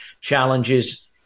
challenges